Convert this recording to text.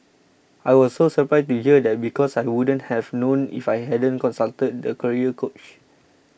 I was so surprised to hear that because I wouldn't have known if I hadn't consulted the career coach